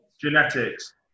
genetics